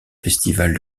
festivals